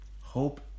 hope